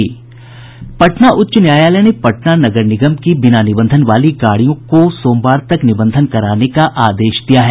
पटना उच्च न्यायालय ने पटना नगर निगम की बिना निबंधन वाली गाड़ियों का सोमवार तक निबंधन कराने का आदेश दिया है